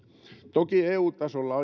toki eu tasolla